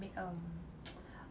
um